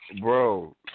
bro